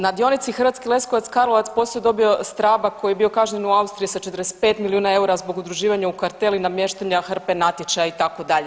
Na dionici Hrvatski Leskovac-Karlovac posao je dobio Strabag koji je bio kažnjen u Austriji sa 45 milijuna eura zbog udruživanja u kartel i namještanja hrpe namještaja itd.